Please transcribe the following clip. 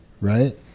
right